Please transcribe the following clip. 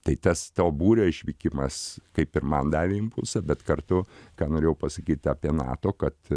tai tas to būrio išvykimas kaip ir man davė impulsą bet kartu ką norėjau pasakyti apie nato kad